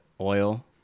oil